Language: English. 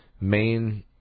main